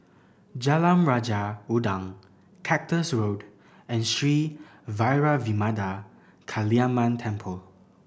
Jalan Raja Udang Cactus Road and Sri Vairavimada Kaliamman Temple